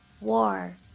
war